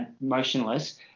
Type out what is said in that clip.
motionless